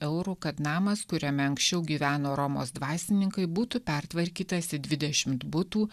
eurų kad namas kuriame anksčiau gyveno romos dvasininkai būtų pertvarkytas į dvidešimt butų